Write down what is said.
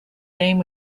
name